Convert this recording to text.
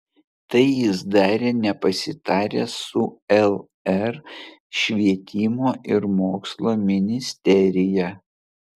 tai jis darė nepasitaręs su lr švietimo ir mokslo ministerija